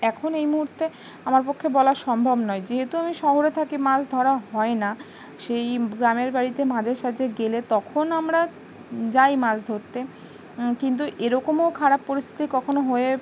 এখন এই মুহুর্তে আমার পক্ষে বলা সম্ভব নয় যেহেতু আমি শহরে থাকি মাছ ধরা হয় না সেই গ্রামের বাড়িতে মাঝে সাঝে গেলে তখন আমরা যাই মাছ ধরতে কিন্তু এরকমও খারাপ পরিস্থিতি কখনো হয়ে